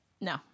No